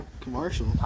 Commercial